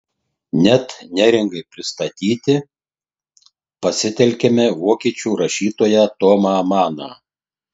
net neringai pristatyti pasitelkiame vokiečių rašytoją tomą maną